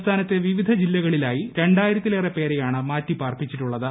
സംസ്ഥാനത്തെ വിവിധ ജില്ലകളിലായി രണ്ടായിരത്തിലേറെ പേരെയാണ് മാറ്റിപാർപ്പിച്ചിട്ടുള്ളത്